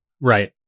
Right